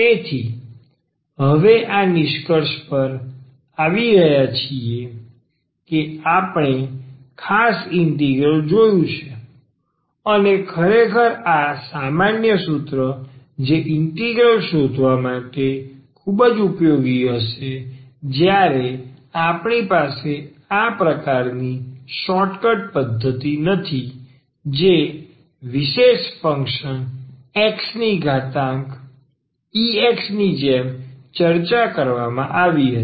તેથી હવે આ નિષ્કર્ષ પર આવી રહ્યા છીએ કે આપણે ખાસ ઇન્ટિગ્રલ જોયું છે અને ખરેખર આ સામાન્ય સૂત્ર જે ઇન્ટિગ્રલ શોધવા માટે ખૂબ જ ઉપયોગી થશે જ્યારે આપણી પાસે આ પ્રકારની શોર્ટકટ પદ્ધતિ નથી જે વિશેષ ફંક્શન x ની ઘાતાંક e x ની જેમ ચર્ચા કરવામાં આવી હતી